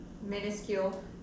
Minuscule